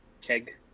Keg